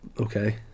Okay